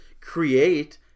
create